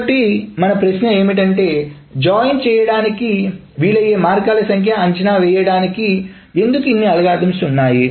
ఇప్పటి మనకి ప్రశ్న ఏమిటంటే జాయిన్ చేయడానికి వీలయ్యే మార్గాల సంఖ్య అంచనా వేయడానికి ఎందుకు ఇన్ని ఆల్గోరిథమ్స్ ఉన్నాయి